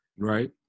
Right